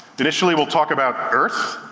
initially, we'll talk about earth,